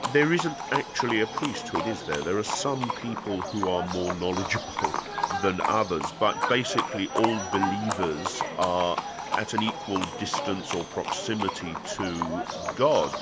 there isn't actually a priesthood, is there? there are some people who are more knowledgeable than others, but basically all believers are at an equal distance of proximity to god.